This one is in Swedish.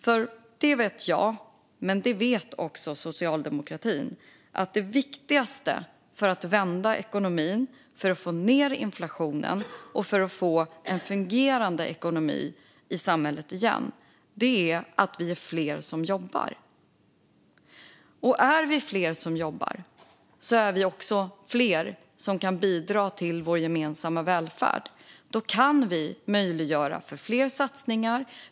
Jag vet nämligen, och det vet också socialdemokratin, att det viktigaste för att vända ekonomin, få ned inflationen och få en fungerande ekonomi i samhället igen är att vi är fler som jobbar. Och är vi fler som jobbar är vi också fler som kan bidra till vår gemensamma välfärd. Då kan vi möjliggöra för fler satsningar.